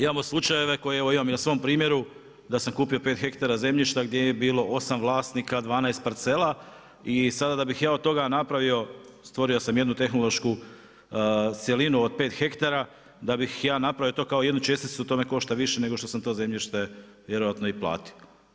Imamo slučajeve koje imam i na svom primjeru, da sam kupio pet hektara zemljišta gdje je bilo osam vlasnika 12 parcela i sada da bih ja od toga napravio stvorio sam jednu tehnološku cjelinu od pet hektara da bih ja napravio to kao jednu česticu to me košta više nego što sam to zemljište vjerojatno i platio.